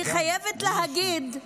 אני חייבת להגיד,